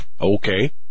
Okay